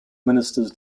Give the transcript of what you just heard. ministers